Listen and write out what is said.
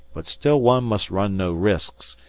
but still one must run no risks,